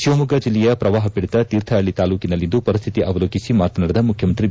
ಶಿವಮೊಗ್ಗ ಜಿಲ್ಲೆಯ ಪ್ರವಾಹ ಪೀಡಿತ ತೀರ್ಥಹಳ್ಳಿ ತಾಲ್ಲೂಕಿನಲ್ಲಿಂದು ಪರಿಸ್ಥಿತಿ ಅವಲೋಕಿಸಿ ಮಾತನಾಡಿದ ಮುಖ್ಯಮಂತ್ರಿ ಬಿ